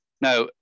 Now